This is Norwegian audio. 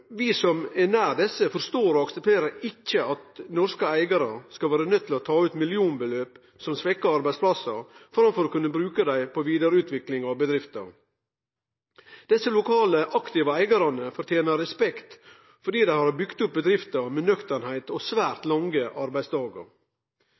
Vi som er nær desse, forstår og aksepterer ikkje at norske eigarar skal vere nøydde til å ta ut millionbeløp – som svekkjer arbeidsplassane – framfor å kunne bruke dei til vidareutvikling av bedrifta. Desse lokale, aktive eigarane fortener respekt fordi dei har bygt opp bedrifter ved å vere nøkterne og ha svært